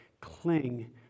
cling